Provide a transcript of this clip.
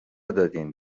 دادین